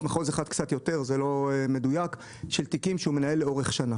לא הניקוד הראשון.